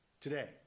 today